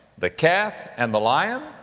the calf and the lion,